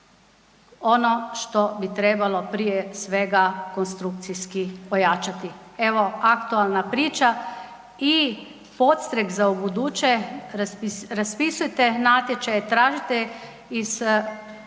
ono što bi trebalo prije svega konstrukciji ojačati. Evo aktualna priča i podstrijeh za ubuduće, raspisujte natječaje, tražite iz